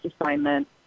assignment